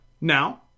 now